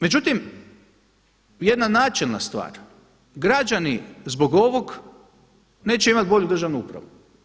Međutim jedna načelna stvar, građani zbog ovog neće imati bolju državnu upravu.